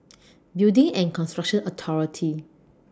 Building and Construction Authority